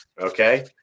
Okay